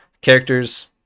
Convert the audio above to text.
Characters